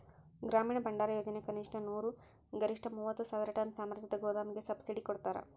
ಗ್ರಾಮೀಣ ಭಂಡಾರಯೋಜನೆ ಕನಿಷ್ಠ ನೂರು ಗರಿಷ್ಠ ಮೂವತ್ತು ಸಾವಿರ ಟನ್ ಸಾಮರ್ಥ್ಯದ ಗೋದಾಮಿಗೆ ಸಬ್ಸಿಡಿ ಕೊಡ್ತಾರ